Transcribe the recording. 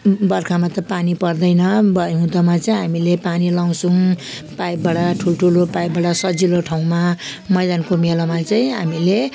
बर्खामा त पानी पर्दैन अब हिउँदमा चाहिँ हामीले पानी लाउँछौँ पाइपबाट ठुल्ठुलो पाइपबाट सजिलो ठाउँमा मैदानको मेलामा चाहिँ हामीले